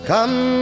Come